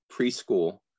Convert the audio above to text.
preschool